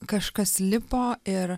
kažkas lipo ir